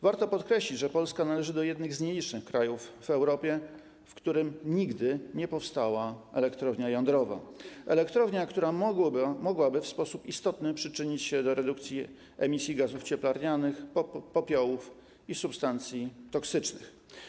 Warto podkreślić, że Polska należy do jednych z nielicznych krajów w Europie, w których nigdy nie powstała elektrownia jądrowa, elektrownia, która mogłaby w sposób istotny przyczynić się do redukcji emisji gazów cieplarnianych, popiołów i substancji toksycznych.